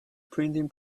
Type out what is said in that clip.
printing